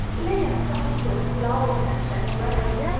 lay aside those flowers and that dress.